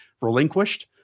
relinquished